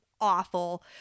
Awful